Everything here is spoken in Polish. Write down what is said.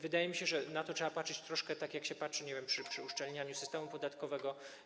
Wydaje mi się, że na to trzeba patrzeć troszkę tak, jak się patrzy, nie wiem, przy uszczelnianiu systemu podatkowego.